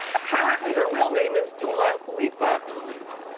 apparently, her real name is dula lipa. dua lipa.